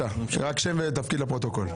גיל, בבקשה, שם ותפקיד לפרוטוקול.